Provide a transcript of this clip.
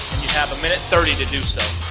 you have a minute thirty to do so.